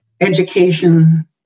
education